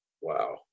Wow